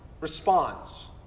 responds